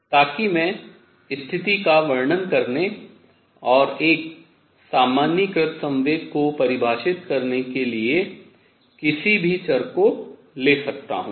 ताकि मैं स्थिति का वर्णन करने और एक सामान्यीकृत संवेग को परिभाषित करने के लिए किसी भी चर को ले सकता हूँ